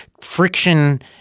friction